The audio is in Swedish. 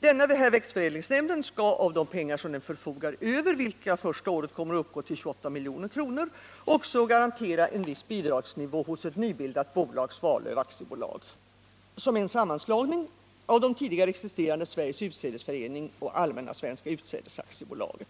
Denna växtförädlingsnämnd skall av de pengar den förfogar över — vilka under första året kommer att uppgå till ca 28 milj.kr. — även garantera en viss bidragsnivå gentemot ett nybildat bolag, Svalöf AB, som är en sammanslagning av de tidigare existerande Sveriges utsädesförening och Allmänna svenska utsädesaktiebolaget.